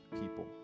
people